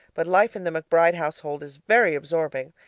but life in the mcbride household is very absorbing,